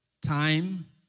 time